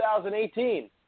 2018